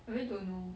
I really don't know